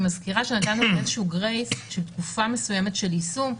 אני מזכירה שנתנו איזשהו גרייס של תקופה מסוימת ליישום,